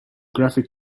graphic